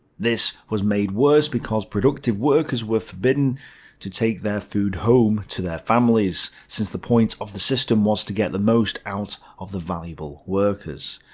this was made worse because productive workers were forbidden to take their food home to their families since the point of the system was to get the most out of the valuable workers.